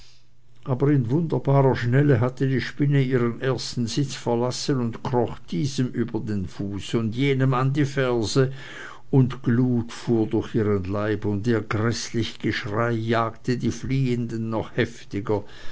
aber in wunderbarer schnelle hatte die spinne ihren ersten sitz verlassen und kroch diesem über den fuß und jenem an die ferse und glut fuhr durch ihren leib und ihr gräßlich geschrei jagte die fliehenden noch heftiger